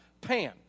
Pan